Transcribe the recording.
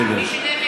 בסדר.